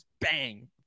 bang